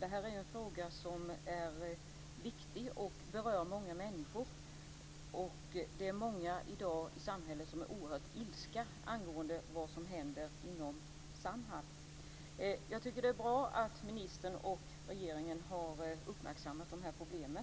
Det är en fråga som är viktig och berör många människor. Det är många i samhället i dag som är oerhört ilskna angående vad som händer inom Samhall. Jag tycker att det är bra att ministern och regeringen har uppmärksammat dessa problem.